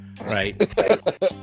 Right